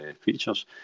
features